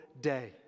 day